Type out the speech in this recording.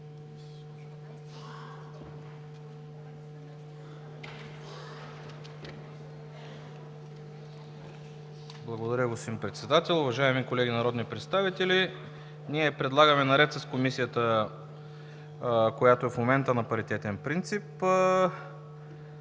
Благодаря, господин Председател. Уважаеми колеги народни представители, ние предлагаме наред с Комисията, която е в момента на паритетен принцип,